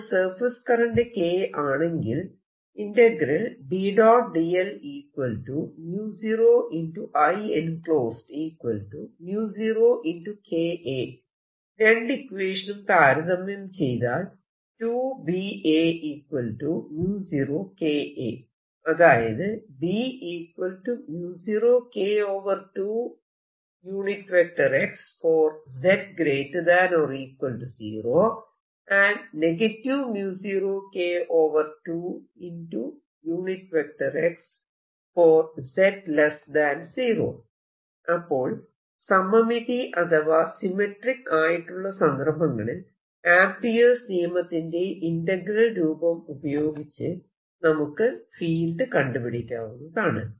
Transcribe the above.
അപ്പോൾ surface current K ആണെങ്കിൽ രണ്ടു ഇക്വേഷനും താരതമ്യം ചെയ്താൽ അതായത് അപ്പോൾ സമമിതി അഥവാ സിമെട്രിക് ആയിട്ടുള്ള സന്ദർഭങ്ങളിൽ ആംപിയേർസ് നിയമത്തിന്റെ ഇന്റഗ്രൽ രൂപം ഉപയോഗിച്ച് നമുക്ക് ഫീൽഡ് കണ്ടുപിടിക്കാവുന്നതാണ്